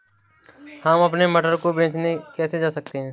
हम अपने मटर को बेचने कैसे जा सकते हैं?